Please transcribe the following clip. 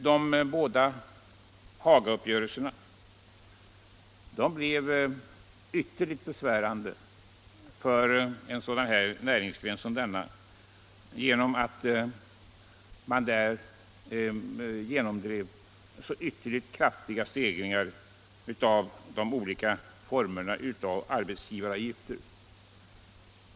De båda Hagauppgörelserna blev ytterligt besvärande för en näringsgren som den vi nu diskuterar, därigenom att man genomdrev så ytterligt kraftiga stegringar av de olika formerna av arbetsgivaravgifter.